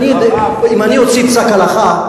אם אני אוציא פסק-הלכה,